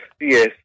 Yes